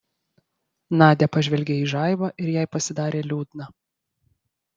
nadia pažvelgė į žaibą ir jai pasidarė liūdna